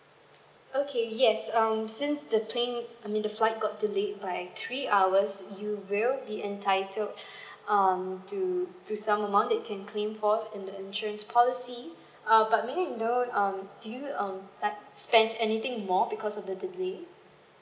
okay yes um since the plane I mean the flight got delayed by three hours you will be entitled um to some amount that you can claim for in the insurance policy um may I know um do you um uh spent anything more because of the delay